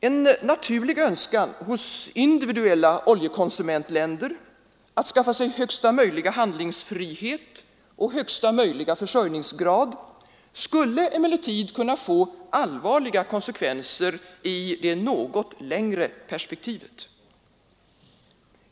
En naturlig önskan hos individuella oljekonsumentländer att skaffa sig högsta möjliga handlingsfrihet och högsta möjliga försörjningsgrad skulle emellertid kunna få allvarliga konsekvenser i det något längre perspektivet.